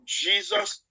jesus